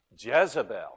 Jezebel